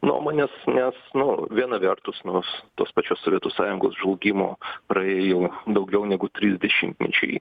nuomonės nes nu viena vertus nuos tos pačios sovietų sąjungos žlugimo praėjo daugiau negu trijų dešimtmečiai